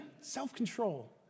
self-control